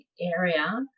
area